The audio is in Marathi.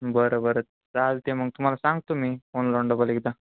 बरं बरं चालते मग तुम्हाला सांगतो मी फोन लावून डबल एकदा